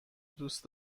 دوست